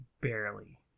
barely